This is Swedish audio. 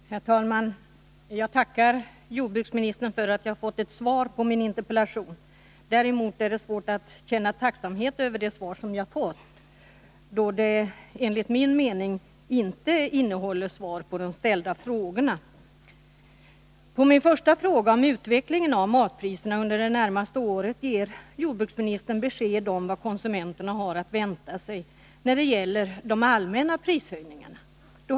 Herr talman! Jag tackar jordbruksministern för att jag fått ett svar på min interpellation. Däremot är det svårt att känna tacksamhet över innehållet i det svar jag fått, då det enligt min mening inte utgör svar på de ställda frågorna. På min första fråga om utvecklingen av matpriserna under det närmaste året ger jordbruksministern besked om vad konsumenterna har att vänta sig när det gäller de allmänna prishöjningarna.